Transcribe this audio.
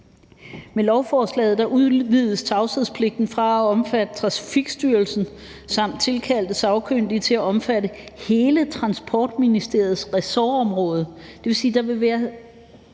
Med lovforslaget udvides tavshedspligten fra at omfatte Trafikstyrelsen samt tilkaldte sagkyndige til at omfatte hele Transportministeriets ressortområde,